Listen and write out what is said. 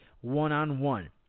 one-on-one